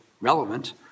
relevant